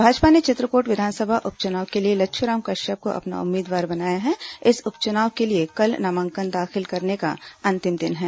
भाजपा ने चित्रकोट विधानसभा उप चुनाव के लिए लच्छ्राम कश्यप को उम्मीदवार बनाया है इस उप चुनाव के लिए कल नामांकन दाखिल करने का अंतिम दिन है